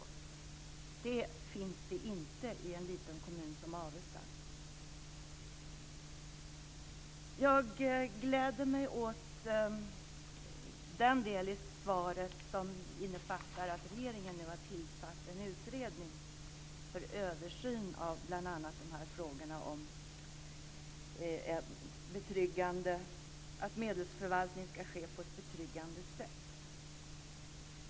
Det finns det inte i en liten kommun som Avesta. Jag gläder mig åt den del i svaret som innefattar att regeringen nu har tillsatt en utredning för en översyn av bl.a. frågorna om medelsförvaltning, som ska ske på ett betryggande sätt.